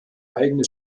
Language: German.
eigene